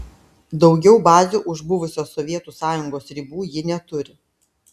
daugiau bazių už buvusios sovietų sąjungos ribų ji neturi